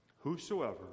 Whosoever